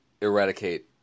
eradicate